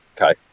Okay